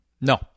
no